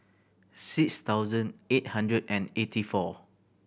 six thousand eight hundred and eighty four